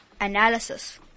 analysis